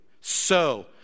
So